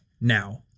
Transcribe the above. now